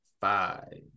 five